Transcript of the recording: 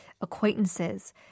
acquaintances